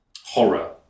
horror